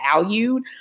valued